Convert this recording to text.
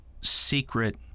secret